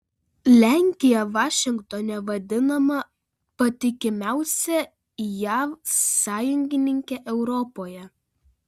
lenkija vašingtone vadinama patikimiausia jav sąjungininke europoje